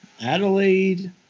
Adelaide